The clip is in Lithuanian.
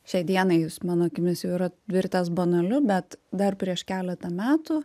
šiai dienai jis mano akimis jau yra virtęs banaliu bet dar prieš keletą metų